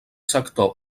sector